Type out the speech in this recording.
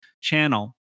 channel